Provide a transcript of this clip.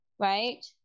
right